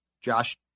Josh